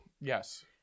Yes